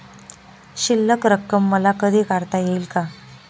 शिल्लक रक्कम मला कधी काढता येईल का?